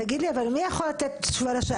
תגיד לי, אבל מי יכול לתת תשובה לשאלה?